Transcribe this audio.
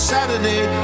Saturday